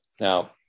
Now